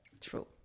true